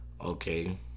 Okay